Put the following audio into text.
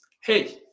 hey